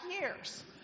years